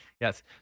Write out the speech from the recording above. Yes